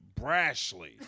brashly